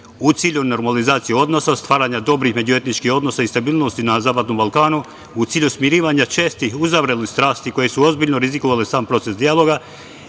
U cilju normalizacije odnosa, stvaranja dobrih međuetničkih odnosa i stabilnosti na zapadnom Balkanu, u cilju smirivanja česti uzavrelih strasti koje su ozbiljno rizikovale sam proces dijaloga